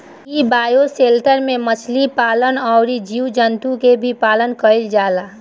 इ बायोशेल्टर में मछली पालन अउरी जीव जंतु के भी पालन कईल जाला